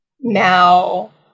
Now